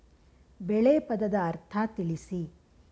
ಬೆಳೆ ಪದದ ಅರ್ಥ ತಿಳಿಸಿ?